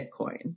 Bitcoin